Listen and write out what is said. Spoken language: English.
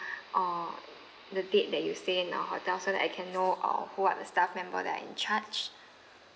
or the date that you stayed in our hotel so that I can know uh who are the staff member that are in charged